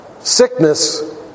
sickness